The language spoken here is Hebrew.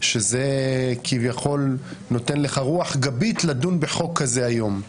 שזה כביכול נותן לך רוח גבית לדון בחוק כזה היום.